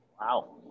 Wow